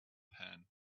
pan